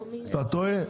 אתה טועה.